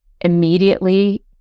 immediately